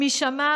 / מי שמע,